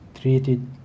treated